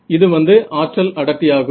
இது வந்து ஆற்றல் அடர்த்தியாகும்